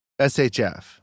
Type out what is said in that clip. SHF